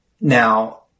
Now